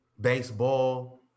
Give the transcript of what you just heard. baseball